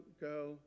go